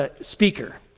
speaker